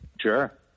Sure